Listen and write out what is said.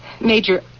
Major